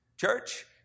Church